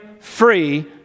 free